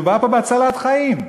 מדובר פה בהצלת חיים.